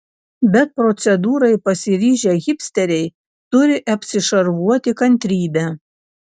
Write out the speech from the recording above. bet procedūrai pasiryžę hipsteriai turi apsišarvuoti kantrybe